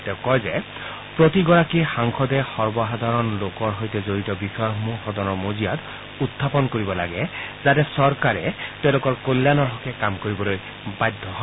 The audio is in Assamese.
তেওঁ কয় যে প্ৰতিগৰাকী সাংসদে সৰ্বসাধাৰণ লোকৰ সৈতে জড়িত বিষয়সমূহ সদনৰ মজিয়াত উখাপন কৰিব লাগে যাতে চৰকাৰে তেওঁলোকৰ কল্যাণৰ হকে পদক্ষেপ লবলৈ বাধ্য হয়